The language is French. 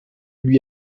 lui